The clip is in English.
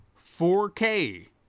4K